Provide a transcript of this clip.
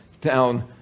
down